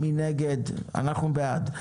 אנחנו בעד.